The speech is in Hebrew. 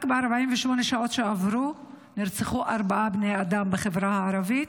רק ב-48 השעות שעברו נרצחו ארבעה בני אדם בחברה הערבית,